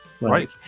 Right